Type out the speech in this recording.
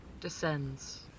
Descends